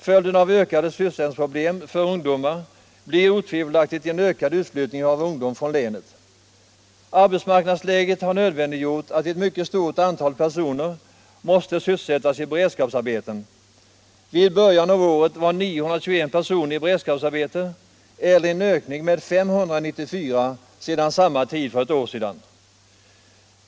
Följden av ökade sysselsättningsproblem för ungdomar blir otvivelaktigt en ökad utflyttning av ungdom från länet. Arbetsmarknadsläget har gjort att ett mycket stort antal personer måste sysselsättas i beredskapsarbete. Vid början av året var 921 personer i beredskapsarbete. Det innebär en ökning med 594 sedan samma tid för ett år sedan.